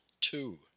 two